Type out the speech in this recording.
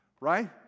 Right